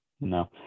no